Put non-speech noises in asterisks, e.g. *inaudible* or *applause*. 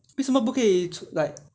为什么不可以 *noise* like